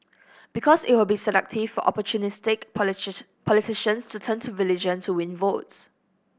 because it will be seductive for opportunistic politicians to turn to religion to win votes